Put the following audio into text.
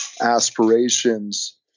aspirations